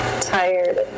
Tired